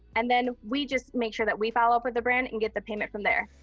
and then we just make sure that we follow up with the brand and get the payment from there.